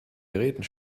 geräten